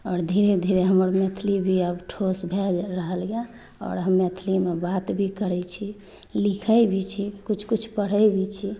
आओर धीरे धीरे हमर मैथिली भी आब ठोस भेल जा रहल अइ आओर हम मैथिलीमे बात भी करै छी लिखै भी छी किछु किछु पढ़ै भी छी